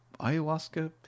ayahuasca